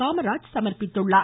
காமராஜ் சமர்ப்பித்தார்